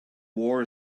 war